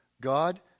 God